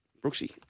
Brooksy